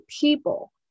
people